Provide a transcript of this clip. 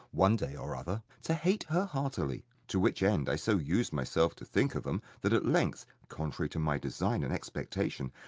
one day or other, to hate her heartily. to which end i so used myself to think of em, that at length, contrary to my design and expectation,